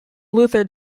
luther